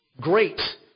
great